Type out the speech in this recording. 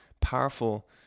powerful